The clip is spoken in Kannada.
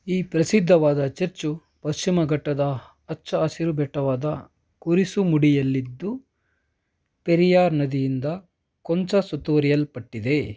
ಈ ಪ್ರಸಿದ್ಧವಾದ ಚರ್ಚು ಪಶ್ಚಿಮ ಘಟ್ಟದ ಹಚ್ಚ ಹಸಿರು ಬೆಟ್ಟವಾದ ಕುರಿಸುಮುಡಿಯಲ್ಲಿದ್ದು ಪೆರಿಯಾರ್ ನದಿಯಿಂದ ಕೊಂಚ ಸುತ್ತುವರಿಯಲ್ಪಟ್ಟಿದೆ